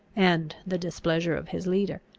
and the displeasure of his leader.